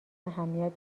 اهمیت